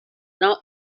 now